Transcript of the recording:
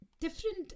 different